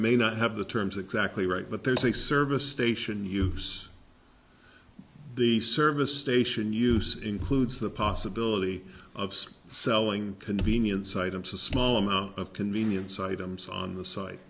may not have the terms of exactly right but there's a service station use the service station use includes the possibility of selling convenience items a small amount of convenience items on the site